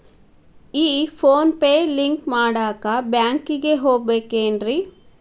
ಈ PhonePe link ಮಾಡಾಕ ಬ್ಯಾಂಕಿಗೆ ಹೋಗ್ಬೇಕೇನ್ರಿ?